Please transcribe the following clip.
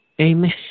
amen